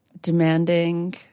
demanding